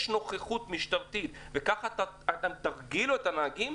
נוכחות משטרתית וככה גם תרגילו את הנהגים,